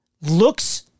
Looks